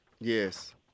Yes